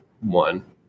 one